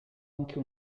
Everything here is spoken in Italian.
anche